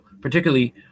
particularly